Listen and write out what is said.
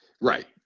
Right